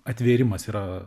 atvėrimas yra